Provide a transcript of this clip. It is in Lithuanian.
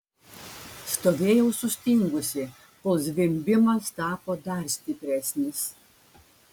stovėjau sustingusi kol zvimbimas tapo dar stipresnis